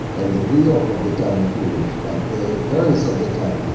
like the new york of the time, if you wish. like the paris of the time